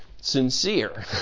sincere